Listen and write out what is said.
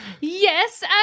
Yes